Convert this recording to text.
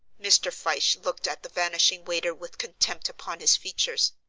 mr. fyshe looked at the vanishing waiter with contempt upon his features.